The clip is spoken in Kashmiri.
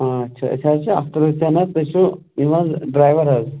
اَچھا أسۍ حظ چھِ اَخترحُسین حظ تُہۍ چھُو یِم حظ ڈرٛایوَر حظ